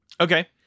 Okay